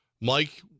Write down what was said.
Mike